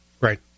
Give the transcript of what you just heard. Right